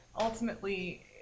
ultimately